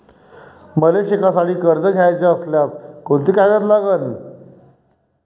मले शिकासाठी कर्ज घ्याचं असल्यास कोंते कागद लागन?